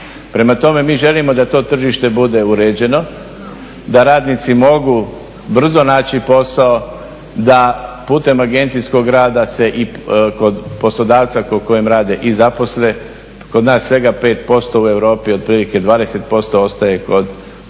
Prema tome, mi želimo da to tržište bude uređeno, da radnici mogu brzo naći posao, da putem agencijskog rada se i kod poslodavca kod kojeg rade i zaposle. Kod nas svega 5% u Europi 20% ostaje kod tog poslodavca.